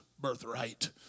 birthright